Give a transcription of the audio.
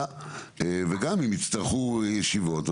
וגם אם יצטרכו לקיים ישיבות,